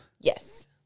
yes